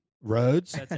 roads